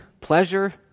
pleasure